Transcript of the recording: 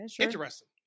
Interesting